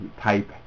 type